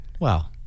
Well-